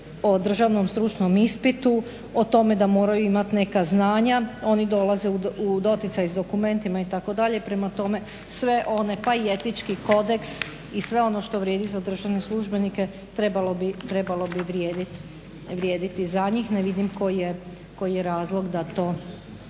o državnom stručnom ispitu o tome da moraju imati neka znanja. Oni dolaze u doticaj s dokumentima itd. prema tome sve one pa i etički kodeks i sve ono što vrijedi za državne službenike trebalo bi vrijediti za njih. Ne vidim koji je razlog da to